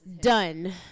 Done